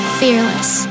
fearless